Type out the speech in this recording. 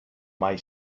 mai